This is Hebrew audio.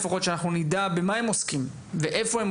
כדי שנדע במה הם עוסקים ואיפה.